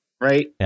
right